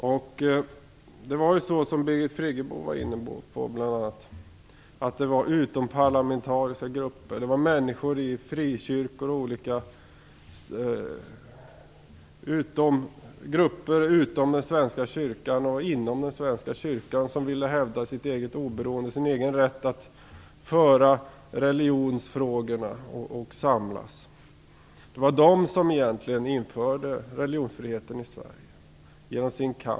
Som bl.a. Birgit Friggebo varit inne på var det egentligen utomparlamentariska grupper - människor i frikyrkor och grupper utom och inom Svenska kyrkan som ville hävda sitt oberoende, sin rätt att samlas och sin rätt att agera i religionsfrågorna - som genom sin kamp införde religionsfriheten i Sverige.